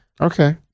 Okay